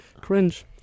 Cringe